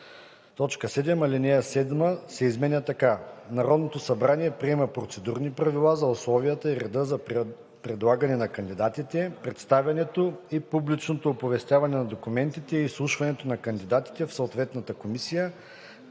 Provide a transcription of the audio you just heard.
„72“. 7. Алинея 7 се изменя така: „(7) Народното събрание приема процедурни правила за условията и реда за предлагане на кандидатите, представянето и публичното оповестяване на документите и изслушването на кандидатите в съответната комисия,